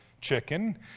chicken